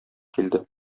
килде